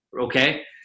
okay